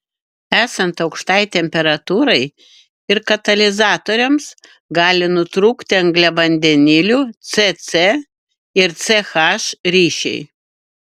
esant aukštai temperatūrai ir katalizatoriams gali nutrūkti angliavandenilių c c ir c h ryšiai